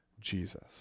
Jesus